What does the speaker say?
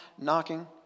knocking